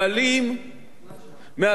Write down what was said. מהטובים ביותר שיש למדינת ישראל.